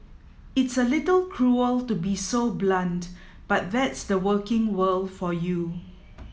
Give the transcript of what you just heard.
it's a little cruel to be so blunt but that's the working world for you